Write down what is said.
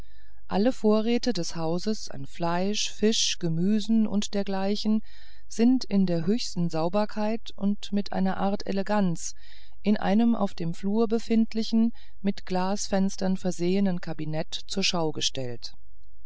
alle vorräte des hauses an fleisch fischen gemüsen und dergleichen sind mit der höchsten sauberkeit und mit einer art eleganz in einem auf dem flur befindlichen mit glasfenstern versehenden kabinett zur schau gestellt